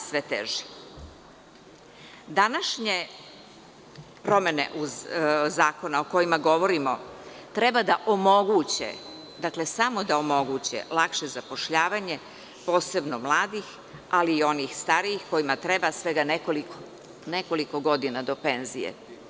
Današnje promene zakona o kojima govorimo treba da omoguće, samo da omoguće, lakše zapošljavanje, posebno mladih, ali i onih starijih kojima treba svega nekoliko godina do penzije.